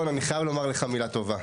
אגב אלון, אני חייב לומר לך מילה טובה.